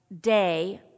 day